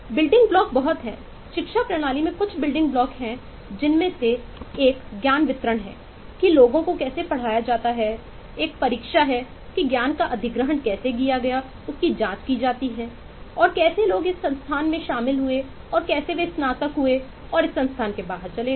building block बहुत हैं शिक्षा प्रणाली में कुछ बिल्डिंग ब्लॉक हैं जिनमें से एक ज्ञान वितरण है कि लोगों को कैसे पढ़ाया जाता है एक परीक्षा है कि ज्ञान का अधिग्रहण कैसे किया गया उसकी जाँच की जाति है और कैसे लोग इस संस्थान में शामिल हुए और कैसे वे स्नातक हुए और इस संस्थान से बाहर चले गए